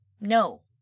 No